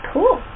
Cool